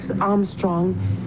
Armstrong